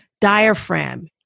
diaphragm